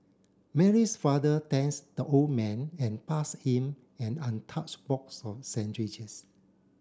Mary's father thanks the old man and passed him an untouched box of sandwiches